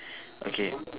okay